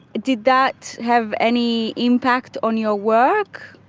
did that have any impact on your work?